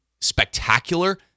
spectacular